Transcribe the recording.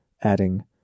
adding